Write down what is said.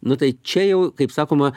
nu tai čia jau kaip sakoma